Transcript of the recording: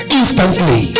instantly